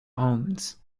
almonds